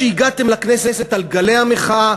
שהגעתם לכנסת על גלי המחאה,